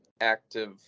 active